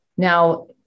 Now